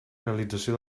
realització